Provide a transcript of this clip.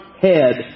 head